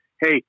Hey